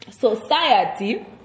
Society